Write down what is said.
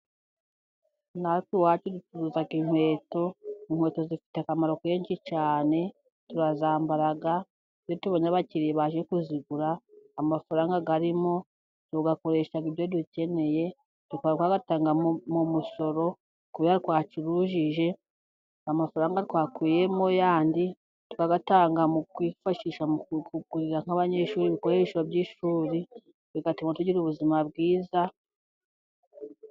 Natwe iwacu ducuruza inkweto，inkweto zifite akamaro kenshi cyane， turazambara， iyo tubonye abakiriya baje kuzigura， amafaranga arimo tuyakoresha ibyo dukeneye，tukaba twayatanga mu musoro kubera twacurujije， amafaranga twakuyemo yandi，tukayatanga mu kwifashisha mu kugurira nk'abanyeshuri ibikoresho by'ishuri，bigatuma tugira ubuzima bwiza.